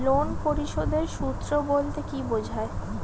Loan পরিশোধের সূএ বলতে কি বোঝায়?